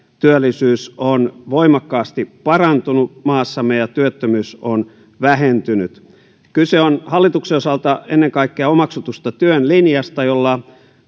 työllisyys on voimakkaasti parantunut maassamme ja työttömyys on vähentynyt kyse on hallituksen osalta ennen kaikkea omaksutusta työn linjasta jolla